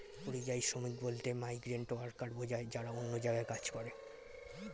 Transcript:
পরিযায়ী শ্রমিক বলতে মাইগ্রেন্ট ওয়ার্কার বোঝায় যারা অন্য জায়গায় কাজ করে